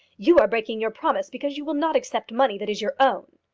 you are breaking your promise because you will not accept money that is your own.